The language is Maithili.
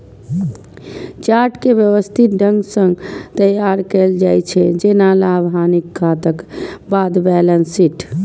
चार्ट कें व्यवस्थित ढंग सं तैयार कैल जाइ छै, जेना लाभ, हानिक खाताक बाद बैलेंस शीट